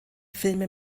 filme